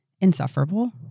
insufferable